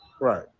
right